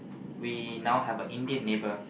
we now have a Indian neighbour